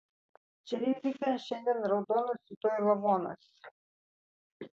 čia rizika šiandien raudonas rytoj lavonas